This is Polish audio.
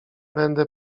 będę